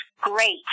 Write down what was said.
great